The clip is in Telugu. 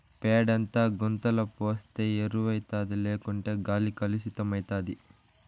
పేడంతా గుంతల పోస్తే ఎరువౌతాది లేకుంటే గాలి కలుసితమైతాది